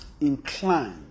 inclined